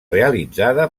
realitzada